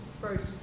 first